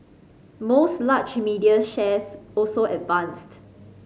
most large media shares also advanced